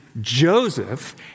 Joseph